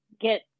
get